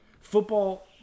Football